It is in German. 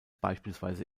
beispielsweise